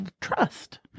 trust